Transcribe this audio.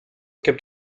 gibt